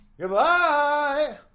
Goodbye